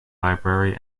library